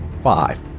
five